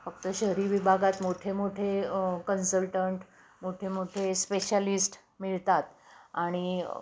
फक्त शहरी विभागात मोठे मोठे कन्सल्टंट मोठे मोठे स्पेशालिस्ट मिळतात आणि